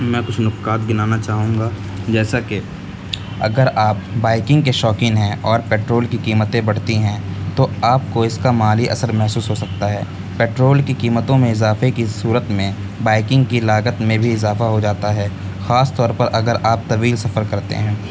میں کچھ نکات گنانا چاہوں گا جیسا کہ اگر آپ بائکنگ کے شوقین ہیں اور پٹرول کی قیمتیں بڑھتی ہیں تو آپ کو اس کا مالی اثر محسوس ہو سکتا ہے پٹرول کی قیمتوں میں اضافے کی صورت میں بائکنگ کی لاگت میں بھی اضافہ ہو جاتا ہے خاص طور پر اگر آپ طویل سفر کرتے ہیں